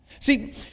See